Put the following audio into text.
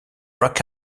rock